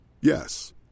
Yes